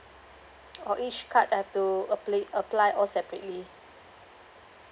oh each card have to apply apply all separately